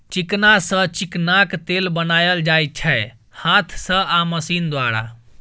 चिकना सँ चिकनाक तेल बनाएल जाइ छै हाथ सँ आ मशीन द्वारा